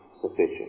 sufficient